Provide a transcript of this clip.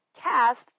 cast